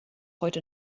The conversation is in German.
heute